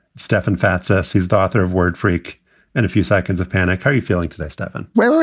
stefan fatsis. he's the author of word freak and a few seconds of panic. how are you feeling today, stefan? well,